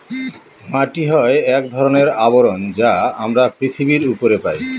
মাটি হয় এক ধরনের আবরণ যা আমরা পৃথিবীর উপরে পায়